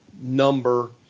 number